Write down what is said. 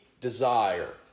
desire